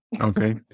Okay